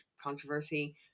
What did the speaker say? controversy